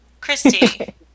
Christy